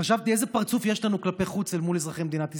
חשבתי איזה פרצוף יש לנו כלפי חוץ אל מול אזרחי מדינת ישראל.